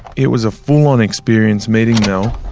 it was a full-on experience meeting mel.